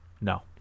No